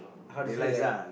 how to say like